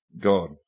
God